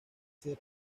ser